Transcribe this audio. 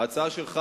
ההצעה שלך,